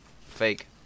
Fake